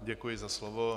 Děkuji za slovo.